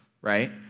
right